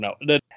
no